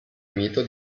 mito